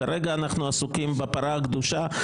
כרגע אנחנו עסוקים בפרה הקדושה,